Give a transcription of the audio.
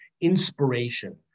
inspiration